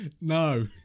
No